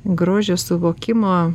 grožio suvokimo